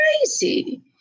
crazy